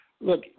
Look